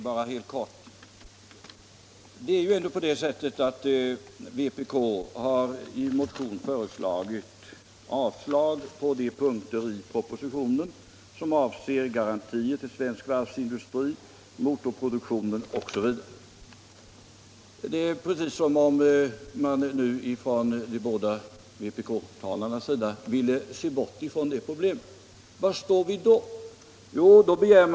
Herr talman! Det är ju ändå på det sättet att vpk har i motion yrkat avslag på de punkter i propositionen som avser garantier till svensk varvsindustri, motorproduktionen osv. Det är precis som om de båda vpktalarna ville se bort från problemen. Vad vill de då göra?